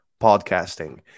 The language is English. podcasting